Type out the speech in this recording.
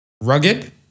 Rugged